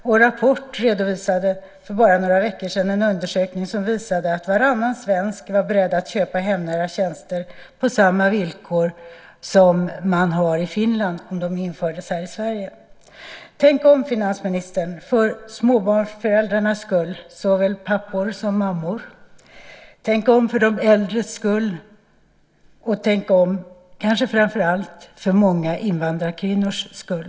Och Rapport redovisade för bara några veckor sedan en undersökning som visade att varannan svensk var beredd att köpa hemnära tjänster på samma villkor som man har i Finland om sådana infördes här i Sverige. Tänk om, finansministern, för småbarnsföräldrarnas skull, såväl pappor som mammor! Tänk om för de äldres skull, och tänk om kanske framför allt för många invandrarkvinnors skull!